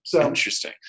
Interesting